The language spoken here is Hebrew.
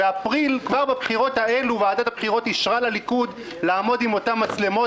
כבר בבחירות האלו ועדת הבחירות אישרה לליכוד לעמוד עם אותן מצלמות